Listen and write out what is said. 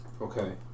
Okay